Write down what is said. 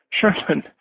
Sherman